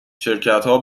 شرکتها